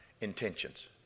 intentions